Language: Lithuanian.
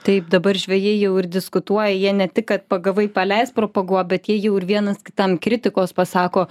taip dabar žvejai jau ir diskutuoja jie ne tik kad pagavai paleisk propaguot bet jie jau ir vienas kitam kritikos pasako